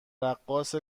رقاص